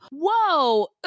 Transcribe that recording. Whoa